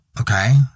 okay